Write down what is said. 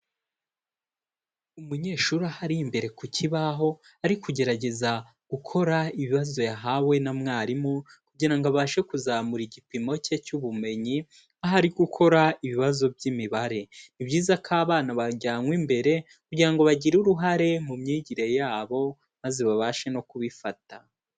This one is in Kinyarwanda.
Umunyeshuri aho ari imbere ku kibaho ari kugerageza gukora ibibazo yahawe na mwarimu kugira ngo abashe kuzamura igipimo cye cy'ubumenyi aho ari gukora ibibazo by'Imibare, ni byiza ko abana bajyanywe imbere kugira ngo bagire uruhare mu myigire yabo maze babashe no kubifata.